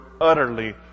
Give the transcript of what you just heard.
utterly